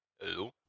Hello